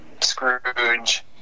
Scrooge